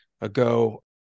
ago